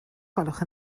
gwelwch